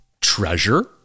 treasure